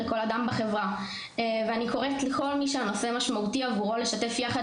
לכל אדם בחברה ואני קוראת לכל מי שהנושא משמעותי עבורו לשתף יחד